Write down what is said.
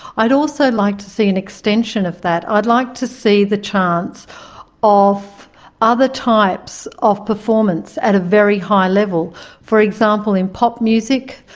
i'd also like to see an extension of that. i'd like to see the chance of other types of performance at a very high level for example, in pop music.